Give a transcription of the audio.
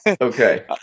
Okay